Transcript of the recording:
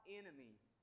enemies